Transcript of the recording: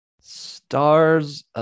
stars